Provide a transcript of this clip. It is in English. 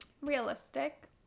Realistic